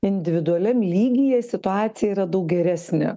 individualiam lygyje situacija yra daug geresnė